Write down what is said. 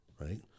Right